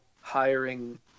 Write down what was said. hiring